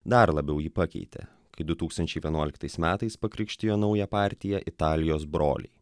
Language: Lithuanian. dar labiau jį pakeitė kai du tūkstančiai vienuoliktais metais pakrikštijo naują partiją italijos broliai